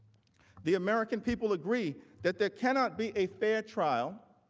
the american people agree, that there cannot be a fair trial,